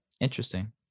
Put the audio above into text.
interesting